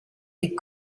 des